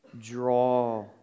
Draw